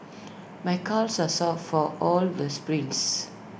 my calves are sore from all the sprints